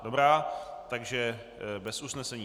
Dobrá, takže bez usnesení.